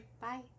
bye